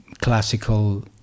classical